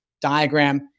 diagram